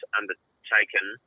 undertaken